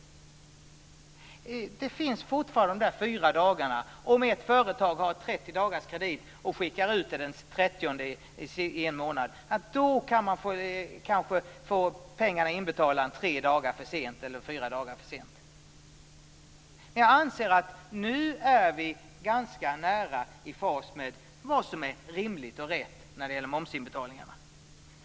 De fyra dagarna finns fortfarande. Om ett företag har 30 dagars kredit och skickar ut en faktura till den 30 i en månad kan man kanske få pengarna inbetalda tre eller fyra dagar för sent. Men jag anser att vi nu är ganska nära i fas med vad som är rimligt och rätt när det gäller momsinbetalningarna.